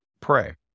pray